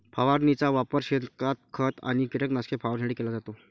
फवारणीचा वापर शेतात खत आणि कीटकनाशके फवारणीसाठी केला जातो